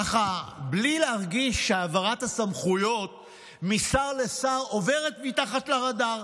ככה בלי להרגיש העברת הסמכויות משר לשר עוברת מתחת לרדאר,